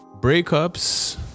breakups